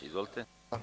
Izvolite.